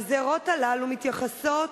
הגזירות הללו מתייחסות